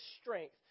strength